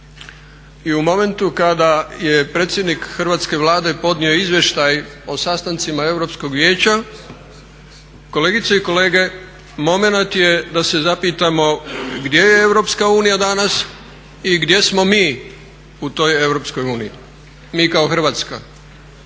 i u momentu kada je predsjednik Hrvatske vlade podnio Izvještaj o sastancima Europskog vijeća kolegice i kolege momenat je da se zapitamo gdje je EU danas i gdje smo mi u toj EU? Mi kao Hrvatska.